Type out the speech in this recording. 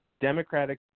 democratic